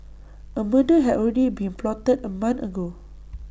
A murder had already been plotted A month ago